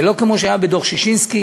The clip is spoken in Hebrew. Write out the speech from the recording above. זה לא כמו שהיה בדוח ששינסקי,